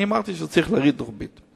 ואני אמרתי שצריך להוריד את הריבית.